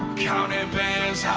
counting bands,